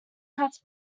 cuts